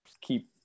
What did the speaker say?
keep